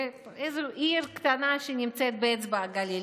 איזו עיר קטנה שנמצאת באצבע הגליל?